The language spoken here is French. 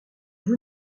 vous